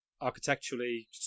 architecturally